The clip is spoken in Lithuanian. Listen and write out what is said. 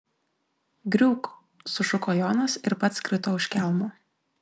griūk sušuko jonas ir pats krito už kelmo